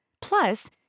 Plus